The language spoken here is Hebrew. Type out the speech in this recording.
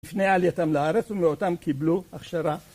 לפני עלייתם לארץ ומאותם קיבלו הכשרה